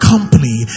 company